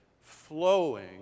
flowing